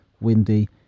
windy